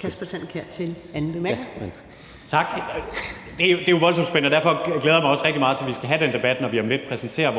Kasper Sand Kjær (S): Tak. Det er jo voldsomt spændende, og derfor glæder jeg mig også rigtig meget til, at vi skal have den debat, når vi om lidt præsenterer